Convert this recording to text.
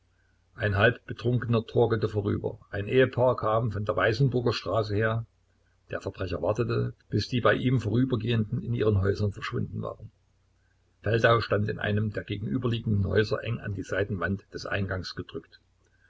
ein halb betrunkener torkelte vorüber ein ehepaar kam von der weißenburger straße her der verbrecher wartete bis die bei ihm vorübergehenden in ihren häusern verschwunden waren feldau stand in einem der gegenüberliegenden häuser eng an die seitenwand des eingangs gedrückt